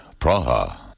Praha